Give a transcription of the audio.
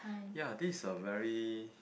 ya this a very